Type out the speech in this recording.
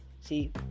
See